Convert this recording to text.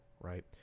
right